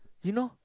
you know